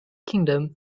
kingdom